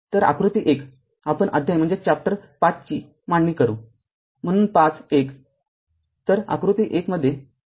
तरआकृती १ आपण अध्याय ५ ची मांडणी करू म्हणून५